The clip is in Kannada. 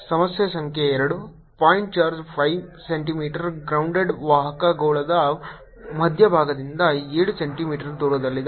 ಸಮಸ್ಯೆ ಸಂಖ್ಯೆ ಎರಡು ಪಾಯಿಂಟ್ ಚಾರ್ಜ್ 5 ಸೆಂಟಿಮೀಟರ್ ಗ್ರೌಂಡ್ಡ್ ವಾಹಕ ಗೋಳದ ಮಧ್ಯಭಾಗದಿಂದ 7 ಸೆಂಟಿಮೀಟರ್ ದೂರದಲ್ಲಿದೆ